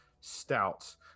stouts